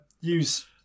use